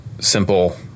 simple